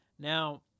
Now